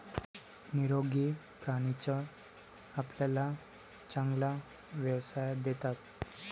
निरोगी प्राणीच आपल्याला चांगला व्यवसाय देतात